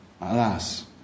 alas